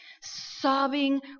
sobbing